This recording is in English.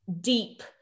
deep